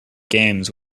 games